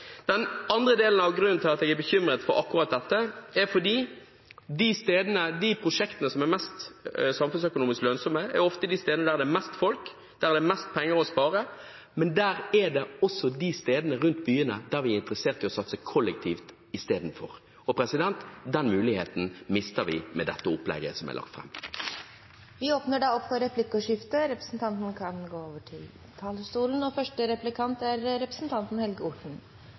Den andre delen av grunnen til at jeg er bekymret for akkurat dette, er at de stedene og de prosjektene som er mest samfunnsøkonomisk lønnsomme, ofte er de stedene der det er mest folk, der det er mest penger å spare – men det er også de stedene rundt byene der vi er interessert i å satse kollektivt istedenfor. Den muligheten mister vi med det opplegget som er lagt fram. Det blir replikkordskifte. Jeg prøvde å lytte til innlegget til representanten Eidsvoll Holmås og